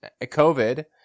COVID